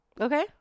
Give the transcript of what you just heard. Okay